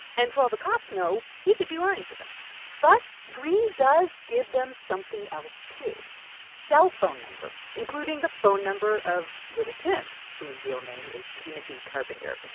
and for all the cops know, he could be lying to them but green does give them something else, too cellphone numbers, including the phone number of little tim, whose real name is timothy carpenter.